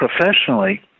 professionally